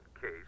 case